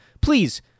Please